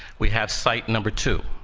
we have site number two.